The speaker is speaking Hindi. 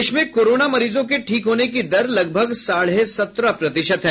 देश में कोरोना मरीजों के ठीक होने की दर लगभग साढ़े सत्रह प्रतिशत है